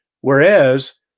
whereas